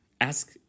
ask